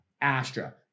Astra